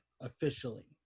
officially